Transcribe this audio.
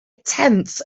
tenth